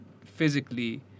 physically